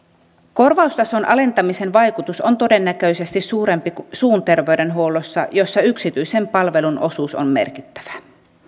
korvaustason alentamisen vaikutus on todennäköisesti suurempi suun terveydenhuollossa jossa yksityisen palvelun osuus on merkittävä